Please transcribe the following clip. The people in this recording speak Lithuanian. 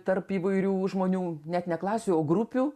tarp įvairių žmonių net ne klasių o grupių